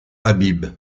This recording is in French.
habib